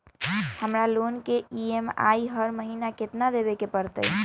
हमरा लोन के ई.एम.आई हर महिना केतना देबे के परतई?